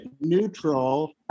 neutral